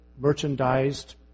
merchandised